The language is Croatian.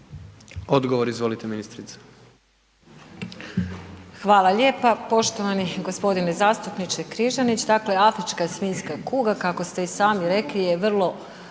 Odgovor, izvolite ministrice.